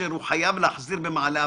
אשר הוא חייב להחזיר במעלה הפירמידה,